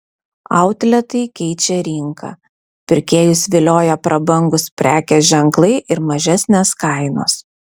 outletai keičia rinką pirkėjus vilioja prabangūs prekės ženklai ir mažesnės kainos